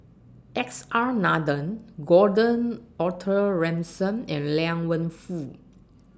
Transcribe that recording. S R Nathan Gordon Arthur Ransome and Liang Wenfu